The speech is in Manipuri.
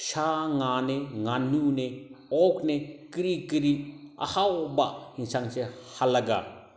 ꯁꯥ ꯉꯥꯅꯦ ꯉꯥꯅꯨꯅꯦ ꯑꯣꯛꯅꯦ ꯀꯔꯤ ꯀꯔꯤ ꯑꯍꯥꯎꯕ ꯑꯦꯟꯁꯥꯡꯁꯦ ꯍꯥꯠꯂꯒ